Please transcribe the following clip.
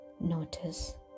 Notice